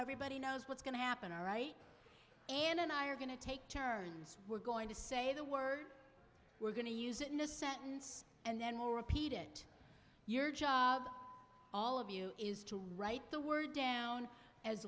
everybody knows what's going to happen all right and i are going to take turns we're going to say the word we're going to use it in a sentence and then repeat it your job all of you is to write the word down as